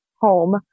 home